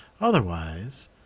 Otherwise